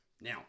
Now